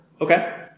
Okay